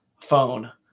phone